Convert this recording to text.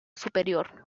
superior